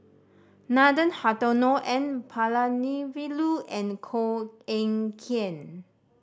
Nathan Hartono N Palanivelu and Koh Eng Kian